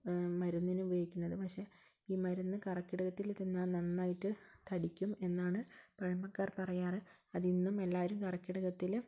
മരുന്നിന് ഉപയോഗിക്കുന്നത് പക്ഷേ ഈ മരുന്ന് കർക്കിടകത്തിൽ തിന്നാൽ നന്നായിട്ട് തടിക്കും എന്നാണ് പഴമക്കാർ പറയാറ് അതിന്നും എല്ലാവരും കർക്കിടകത്തിൽ